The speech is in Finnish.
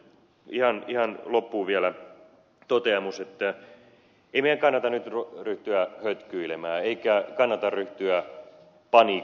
sitten ihan loppuun vielä toteamus että ei meidän kannata nyt ryhtyä hötkyilemään eikä kannata ryhtyä panikoimaan